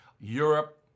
Europe